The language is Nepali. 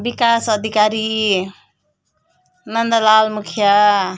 बिकास अधिकारी नन्दलाल मुखिया